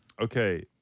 okay